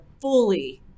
fully